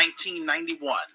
1991